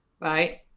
right